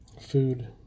Food